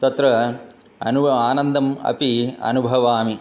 तत्र अनु आनन्दम् अपि अनुभवामि